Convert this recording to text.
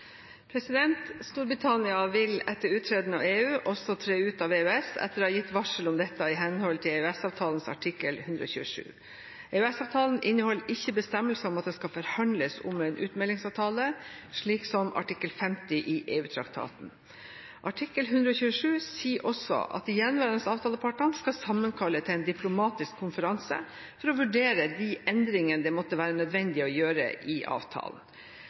Storbritannia vil etter uttreden av EU også tre ut av EØS, etter å ha gitt varsel om dette i henhold til EØS-avtalens artikkel 127. EØS-avtalen inneholder ikke bestemmelser om at det skal forhandles om en utmeldingsavtale, slik som artikkel 50 i EU-traktaten. Artikkel 127 sier også at de gjenværende avtalepartene skal sammenkalle til «en diplomatisk konferanse for å vurdere de endringer det måtte være nødvendig å gjøre i avtalen».